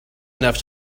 enough